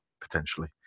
potentially